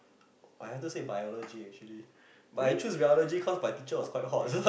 I had to say Biology actually but I choose Biology cause my teacher was quite hot